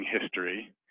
history